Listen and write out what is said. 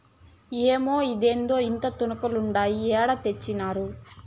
ఏమ్మే, ఏందిదే ఇంతింతాకులుండాయి ఏడ తెచ్చినారు